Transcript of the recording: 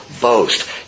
boast